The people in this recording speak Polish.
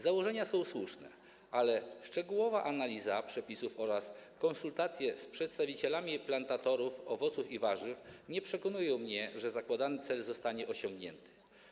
Założenia są słuszne, ale szczegółowa analiza przepisów oraz konsultacje z przedstawicielami plantatorów owoców i warzyw nie przekonują mnie, że zakładany cel zostanie osiągnięty.